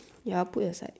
ya put it aside